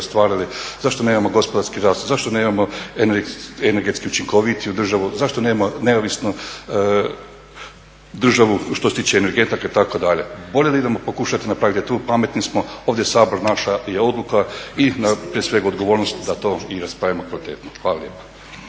ostvarili, zašto nemamo gospodarski rast, zašto nemamo energetski učinkovitiju državu, zašto nemamo neovisnu državu što se tiče energenata itd. Bolje da idemo pokušati tu, pametni smo, ovdje Sabor naša je odluka i prije svega odgovornost da to raspravimo kvalitetno. Hvala lijepo.